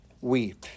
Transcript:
weep